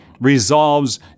resolves